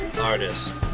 Artist